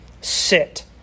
sit